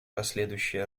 последующие